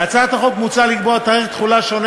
בהצעת החוק מוצע לקבוע תאריך תחולה שונה